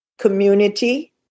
community